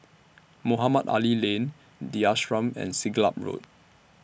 Mohamed Ali Lane The Ashram and Siglap Road